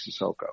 Sissoko